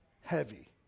heavy